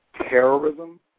terrorism